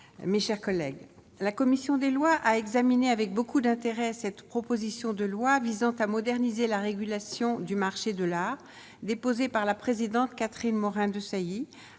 mes chers collègues, la commission des lois a examiné avec beaucoup d'intérêt cette proposition de loi visant à moderniser la régulation du marché de l'art, déposée par la présidente Catherine Morin-Desailly